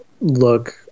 look